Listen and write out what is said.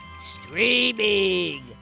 Streaming